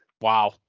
Wow